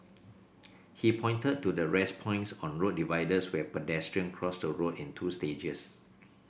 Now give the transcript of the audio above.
he pointed to the 'rest points' on road dividers where pedestrians cross the road in two stages